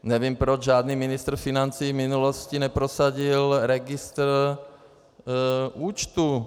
Nevím, proč žádný ministr financí v minulosti neprosadil registr účtů.